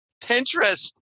Pinterest